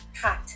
hot